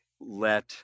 let